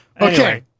Okay